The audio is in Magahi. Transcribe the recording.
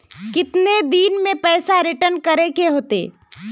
कितने दिन में पैसा रिटर्न करे के होते?